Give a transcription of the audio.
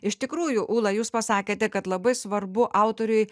iš tikrųjų ūla jūs pasakėte kad labai svarbu autoriui